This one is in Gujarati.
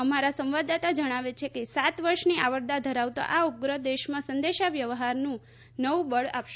અમાર સંવાદદાતા જણાવે છે કે સાત વર્ષની આવરદા ધરાવતો આ ઉપગ્રહ દેશમાં સંદેશા વ્યવહારને નવું બળ આપશે